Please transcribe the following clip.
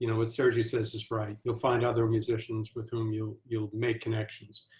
you know what sergi says is right you'll find other musicians with whom you you'll make connections.